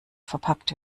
verpackt